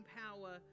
power